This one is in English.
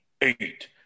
eight